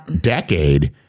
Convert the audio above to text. decade